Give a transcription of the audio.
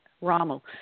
Rommel